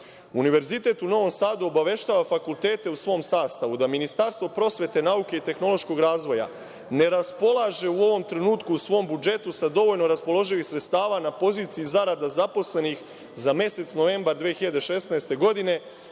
Univerzitet u Novom Sadu obaveštava fakultete u svom sastavu da Ministarstvo prosvete, nauke i tehnološkog razvoja ne raspolaže u ovom trenutku u svom budžetu sa dovoljno raspoloživih sredstava na poziciji zarada zaposlenih za mesec novembar 2016. godine,